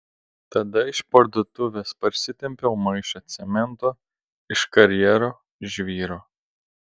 tada iš parduotuvės parsitempiau maišą cemento iš karjero žvyro